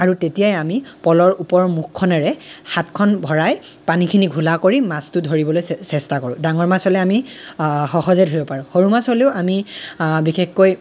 আৰু তেতিয়াই আমি পল'ৰ ওপৰৰ মুখখনেৰে হাতখন ভৰাই পানীখিনি ঘোলা কৰি মাছটো ধৰিবলৈ চেষ্টা কৰোঁ ডাঙৰ মাছ হ'লে আমি সহজে ধৰিব পাৰোঁ সৰু মাছ হ'লেও আমি বিশেষকৈ